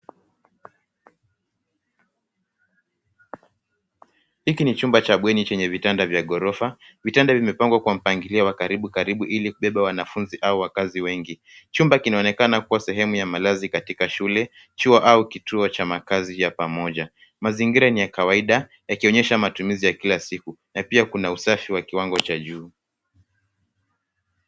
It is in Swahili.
Hiki ni chumba cha bweni chenye vitanda vya ghorofa. Vitanda vimepangwa kwa mpangilia wa karibu karibu ili kubeba wanafunzi au wakaazi wengi. Chumba kinaonekana kuwa sehemu ya malazi katika shule, chuo au kituo cha makazi ya pamoja. Mazingira ni ya kawaida yakionyesha matumizi ya kila siku. Na pia kuna usafi wa kiwango cha juu.